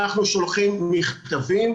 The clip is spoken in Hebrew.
אנחנו שולחים מכתבים,